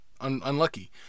unlucky